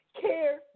care